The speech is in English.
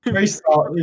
restart